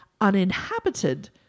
uninhabited